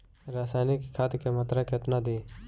रसायनिक खाद के मात्रा केतना दी?